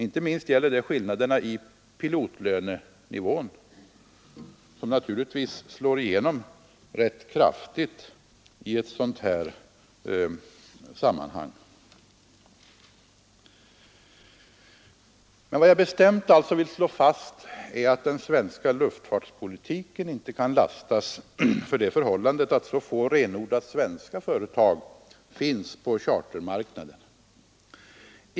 Detta gäller inte minst skillnaden i lön för piloter, som naturligtvis slår igenom ganska kraftigt i sådana här sammanhang. Men vad jag bestämt vill slå fast är att den svenska luftfartspolitiken inte kan lastas för det förhållandet att det på den svenska chartermarknaden finns så få renodlat svenska företag.